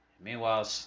Meanwhile